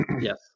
Yes